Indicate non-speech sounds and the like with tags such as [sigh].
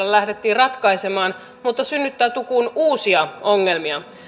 [unintelligible] lähdettiin ratkaisemaan mutta synnyttää tukun uusia ongelmia